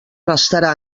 restarà